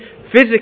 physically